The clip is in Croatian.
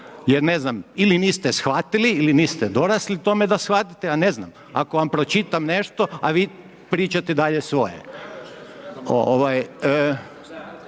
jer ne znam, ili niste shvatili ili niste dorasli tome da shvatite, ja ne znam, ako vam pročitam nešto a vi pričate dalje svoje.